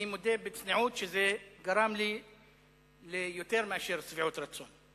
אני מודה בצניעות שזה גרם לי ליותר משביעות רצון.